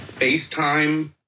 FaceTime